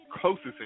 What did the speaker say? Closest